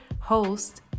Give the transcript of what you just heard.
host